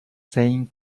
saying